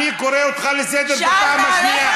אני קורא אותך לסדר פעם שנייה.